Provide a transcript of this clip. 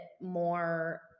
more